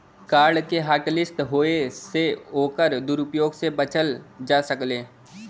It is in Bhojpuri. कार्ड के हॉटलिस्ट होये से ओकर दुरूप्रयोग से बचल जा सकलै